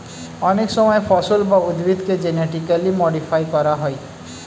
অনেক সময় ফসল বা উদ্ভিদকে জেনেটিক্যালি মডিফাই করা হয়